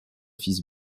fils